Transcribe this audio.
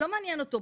לא מעניין אותו.